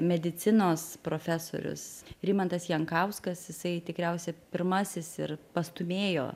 medicinos profesorius rimantas jankauskas jisai tikriausia pirmasis ir pastūmėjo